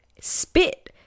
spit